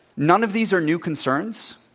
none of these are new concerns,